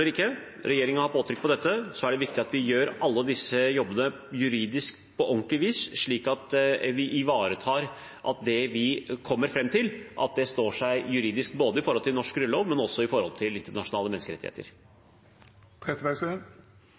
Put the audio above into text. ikke, regjeringen har påtrykk på dette. Det er viktig at vi gjør alle disse jobbene på ordentlig vis juridisk, slik at vi ivaretar at det vi kommer fram til, står seg juridisk, både opp mot norsk grunnlov og opp mot internasjonale menneskerettigheter.